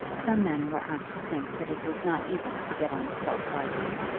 some men were apt to think that it was not easy to get on the soft side of him.